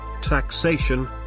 Taxation